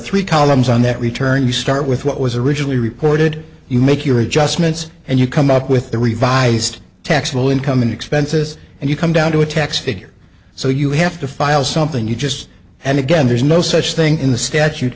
three columns on that return you start with what was originally reported you make your adjustments and you come up with the revised taxable income and expenses and you come down to a tax figure so you have to file something you just and again there's no such thing in the statute